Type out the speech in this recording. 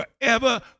forever